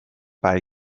bei